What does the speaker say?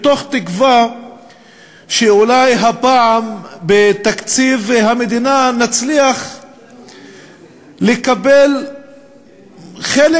מתוך תקווה שאולי הפעם בתקציב המדינה נצליח לקבל חלק